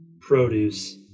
produce